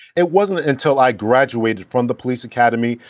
it wasn't until i graduated from the police academy,